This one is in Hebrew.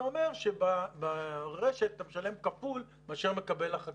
זה אומר שברשת אתה משלם כפול מאשר מקבל החקלאי.